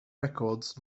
records